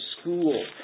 school